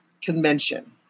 convention